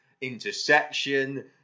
intersection